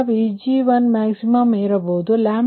ಆಗಿರುವPg1 Pg1max ಇರಬಹುದು1max73